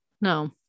No